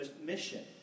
mission